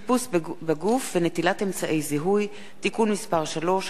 חיפוש בגוף ונטילת אמצעי זיהוי) (תיקון מס' 3),